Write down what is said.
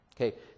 okay